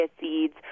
seeds